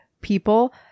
people